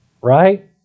right